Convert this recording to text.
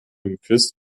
geküsst